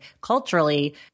culturally